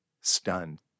Stunned